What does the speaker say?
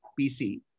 PC